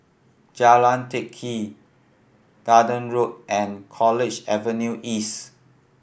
Jalan Teck Kee Garden Road and College Avenue East